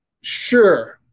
sure